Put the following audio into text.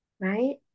right